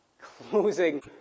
closing